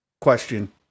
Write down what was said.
question